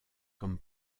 comme